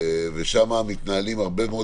ושם מתנהלים הרבה מאוד